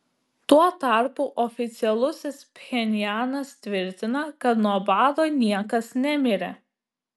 tuo tarpu oficialusis pchenjanas tvirtina kad nuo bado niekas nemirė